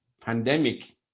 pandemic